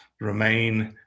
remain